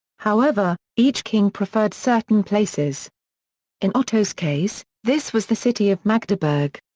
however, each king preferred certain places in otto's case, this was the city of magdeburg.